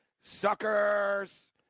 Suckers